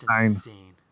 insane